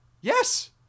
Yes